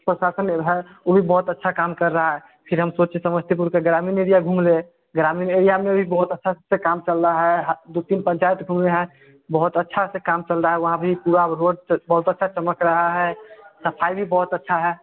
प्रसासन इधर ओ भी बहुत अच्छा काम कर रहा है फिर हम सोचे समस्तीपुर के ग्रामीण एरिया घूम लें ग्रामीण एरिया में भी बहुत अच्छा से काम चल रहा है ह दो तीन पंचायत घूमे हैं बहुत अच्छा से काम चल रहा है वहाँ भी पूरा रोड बहुत अच्छा चमक रहा है सफ़ाई भी बहुत अच्छा है